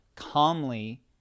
calmly